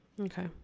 Okay